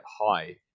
high